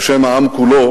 בשם העם כולו